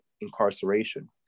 incarceration